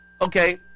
okay